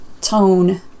tone